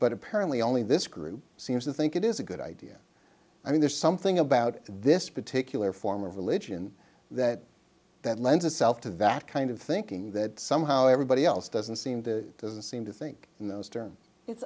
but apparently only this group seems to think it is a good idea i mean there's something about this particular form of religion that that lends itself to that kind of thinking that somehow everybody else doesn't seem to doesn't seem to think in those terms it's